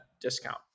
discount